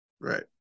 Right